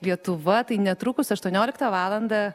lietuva tai netrukus aštuonioliktą valandą